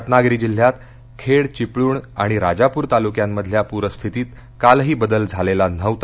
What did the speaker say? रत्नागिरी जिल्ह्यात खेड चिपळूण आणि राजापूर तालुक्यांमधल्या पूरस्थितीत कालही बदल झालेला नव्हता